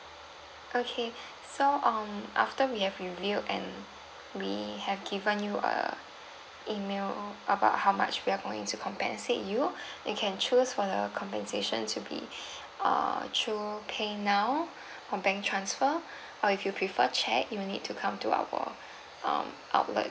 okay so um after we have reviewed and we have given you a email about how much we are going to compensate you you can choose for the compensation to be err through paynow or bank transfer or if you prefer cheque you will need to come to our um outlet